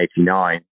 1989